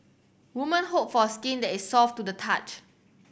woman hope for skin that is soft to the touch